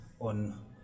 on